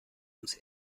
uns